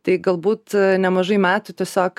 tai galbūt nemažai metų tiesiog